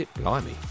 Blimey